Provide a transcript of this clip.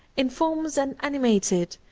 informs and animates it,